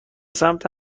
سمت